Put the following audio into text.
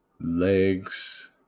legs